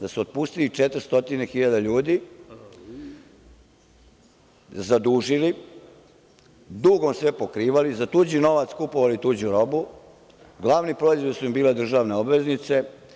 Da su otpustili 400 hiljada ljudi, zadužili, dugom sve pokrivali, za tuđi novac kupovali tuđu robu, glavni proizvodi su im bile državne obveznice.